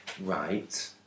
Right